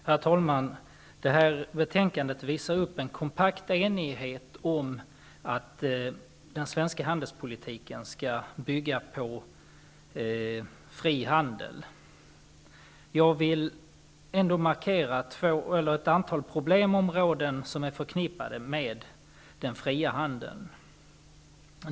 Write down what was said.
Herr talman! Det här betänkandet visar upp en kompakt enighet om att den svenska handelspolitiken skall bygga på fri handel. Jag vill ändå markera ett antal problemområden som är förknippade med den fria handeln.